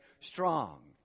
strong